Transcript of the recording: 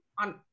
on